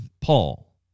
Paul